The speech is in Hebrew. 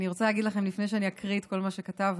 אני רוצה להגיד לכם לפני שאני אקריא את כל מה שכתבנו,